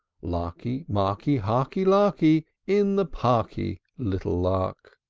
larky, marky, harky, larky, in the parky, little lark!